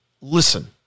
Listen